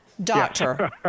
Doctor